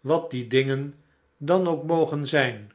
wat die dingen dan ook mogen zijn